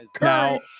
now